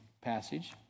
passage